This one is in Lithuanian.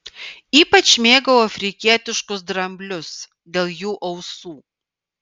ypač mėgau afrikietiškus dramblius dėl jų ausų